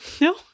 No